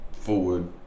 forward